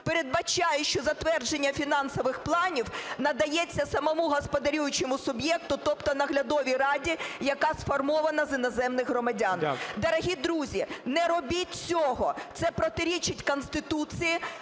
передбачає, що затвердження фінансових планів надається самому господарюючому суб'єкту, тобто наглядовій раді, яка сформована з іноземних громадян. Дорогі друзі, не робіть цього, це протирічить Конституції,